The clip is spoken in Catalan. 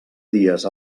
dies